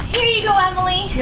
here you go emily.